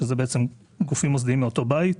אלה בעצם גופים מוסדיים מאותו בית.